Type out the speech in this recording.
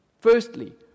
Firstly